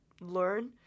learn